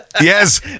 yes